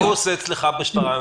מה הוא עושה אצלכם בשפרעם?